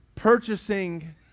purchasing